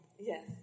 Yes